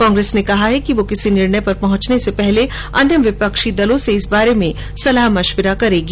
कांग्रेस ने कहा है कि वह किसी निर्णय पर पहुंचने से पहले अन्य विपक्षी दलों से इस बारे में सलाह मशविरा करेगी